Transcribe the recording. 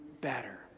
better